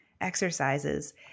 exercises